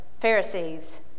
Pharisees